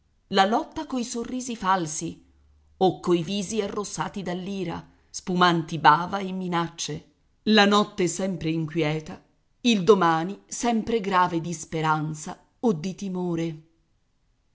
la lotta coi sorrisi falsi o coi visi arrossati dall'ira spumanti bava e minacce la notte sempre inquieta il domani sempre grave di speranza o di timore